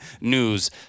news